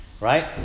Right